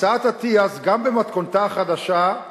הצעת אטיאס, גם במתכונתה החדשה,